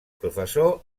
professor